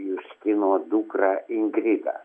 justino dukrą ingridą